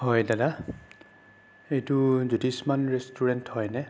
হয় দাদা এইটো জ্যোতিষ্মান ৰেষ্টুৰেণ্ট হয়নে